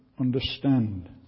understand